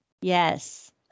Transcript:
Yes